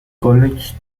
college